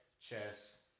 Chess